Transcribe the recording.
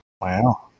Wow